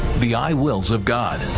the i wills of god,